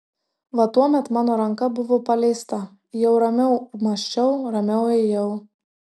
va tuomet mano ranka buvo paleista jau ramiau mąsčiau ramiau ėjau